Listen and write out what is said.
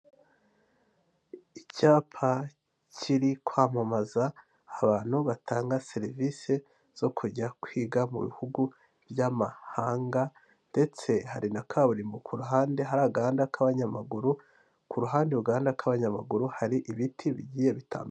Icyapa kiri kwamamaza abantu batanga serivise zo kujya kwiga mu bihugu by'amahanga ndetse hari na kaburimbo ku ruhande hari agahanda k'abanyamaguru, ku ruhande ku gahanda k'abanyamaguru hari ibiti bigiye bitandukanye.